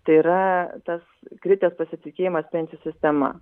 tai yra tas kritęs pasitikėjimas pensijų sistema